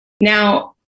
Now